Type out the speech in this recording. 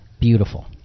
beautiful